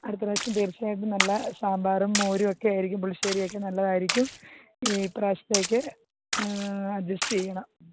അടുത്ത പ്രാവശ്യം തീർച്ചയായിട്ടും നല്ല സാമ്പാറും മോരും ഒക്കെ ആയിരിക്കും പുളിശ്ശേരിയൊക്കെ നല്ലതായിരിക്കും ഇപ്രാവശ്യത്തേക്ക് അഡ്ജസ്റ്റ് ചെയ്യണം